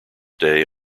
day